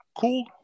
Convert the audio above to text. Cool